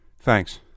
Thanks